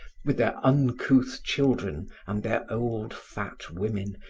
with their uncouth children and their old fat women,